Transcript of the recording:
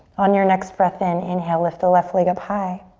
on your next breath in, inhale, lift the left leg up high.